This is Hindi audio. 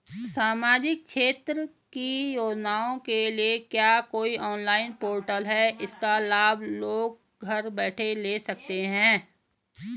सामाजिक क्षेत्र की योजनाओं के लिए क्या कोई ऑनलाइन पोर्टल है इसका लाभ लोग घर बैठे ले सकते हैं?